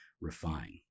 refine